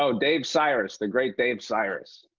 so dave sirus, the great dave sirus.